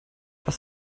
was